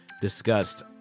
discussed